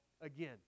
again